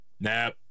nap